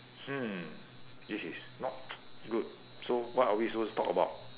hmm this is not good so what are we supposed to talk about